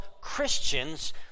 Christians